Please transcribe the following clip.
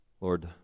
Lord